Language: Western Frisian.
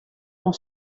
oan